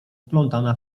wplątana